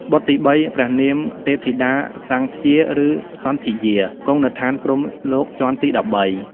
បុត្រទី៣ ព្រះនាម ទេពធីតាសំធ្យា ឬសន្ធិយា គង់នៅឋានព្រហ្មលោកជាន់ទី១៣ ។